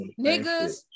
niggas